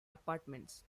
apartments